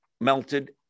melted